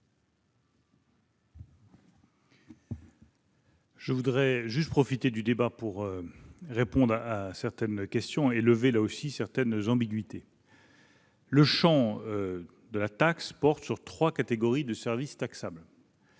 Je voudrais profiter de ce débat pour répondre à certaines questions et lever certaines ambiguïtés. La taxe porte sur trois catégories de services taxables,